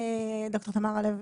ד"ר תמרה לב,